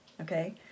okay